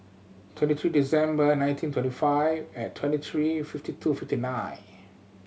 twenty three December nineteen twenty five and twenty three fifty two fifty nine